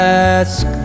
ask